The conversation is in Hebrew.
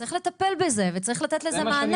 צריך לטפל בזה וצריך לתת לזה מענה.